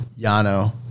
Yano